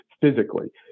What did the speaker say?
physically